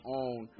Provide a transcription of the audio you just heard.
own